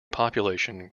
population